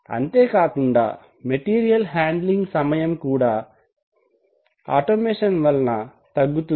అంతేకాకుండా material handling సమయం కూడా ఆటోమేషన్ వలన తగ్గుతుంది